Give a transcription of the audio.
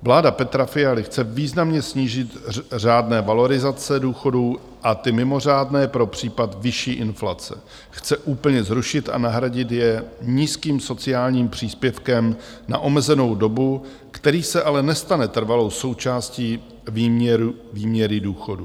Vláda Petra Fialy chce významně snížit řádné valorizace důchodů a ty mimořádné pro případ vyšší inflace chce úplně zrušit a nahradit je nízkým sociálním příspěvkem na omezenou dobu, který se ale nestane trvalou součástí výměry důchodu.